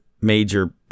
major